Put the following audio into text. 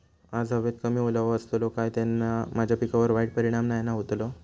आज हवेत कमी ओलावो असतलो काय त्याना माझ्या पिकावर वाईट परिणाम नाय ना व्हतलो?